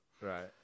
right